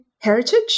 heritage